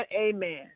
amen